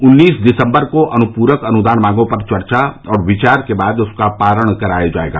उन्नीस दिसम्बर को अनुपूरक अनुदान मांगों पर चर्चा और विचार के बाद उसका पारण कराया जायेगा